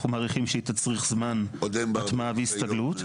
אנחנו מעריכים שהיא תצריך זמן הטמעה והסתגלות.